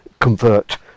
convert